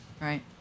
right